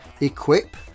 equip